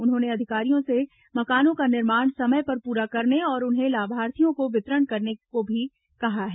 उन्होंने अधिकारियों से मकानों का निर्माण समय पर पूरा करने और उन्हें लाभार्थियों को वितरण करने को भी कहा है